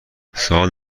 سال